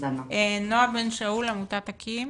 נעה בן שאול מעמותת אקי"ם